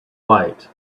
light